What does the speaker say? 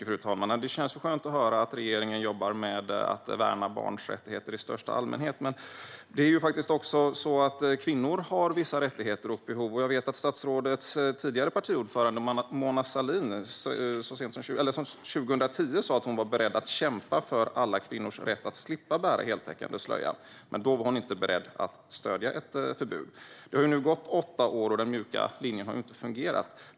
Fru talman! Det känns skönt att höra att regeringen jobbar med att värna barns rättigheter i största allmänhet. Men även kvinnor har vissa rättigheter och behov. Jag vet att statsrådets tidigare partiordförande Mona Sahlin år 2010 sa att hon var beredd att kämpa för alla kvinnors rätt att slippa bära heltäckande slöja. Hon var dock inte beredd att stödja ett förbud då. Det har nu gått åtta år, och den mjuka linjen har inte fungerat.